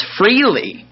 freely